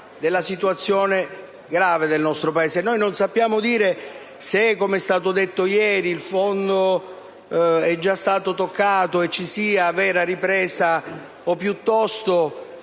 della situazione grave del nostro Paese. Non sappiamo dire se, come è stato detto ieri, il fondo sia già stato toccato e ci sia una vera ripresa o piuttosto